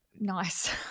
nice